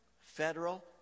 federal